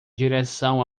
direção